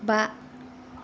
बा